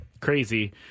crazy